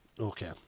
Okay